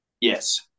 Yes